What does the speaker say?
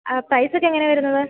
ആ പൈസയൊക്കെ എങ്ങനെയാണ് വരുന്നത്